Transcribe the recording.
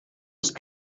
ist